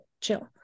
chill